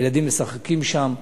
הילדים משחקים שם.